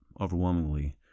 overwhelmingly